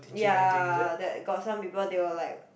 ya that got some people they will like